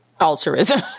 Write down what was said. altruism